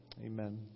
Amen